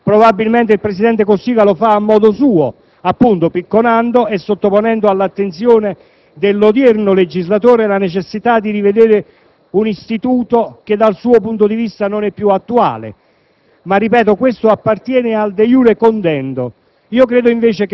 cercando di farci intendere che è necessario rivedere tale istituto: forse il presidente Cossiga lo fa a modo suo, appunto picconando e sottoponendo all'attenzione dell'odierno legislatore la necessità di rivedere un istituto che, dal suo punto di vista, non è più attuale.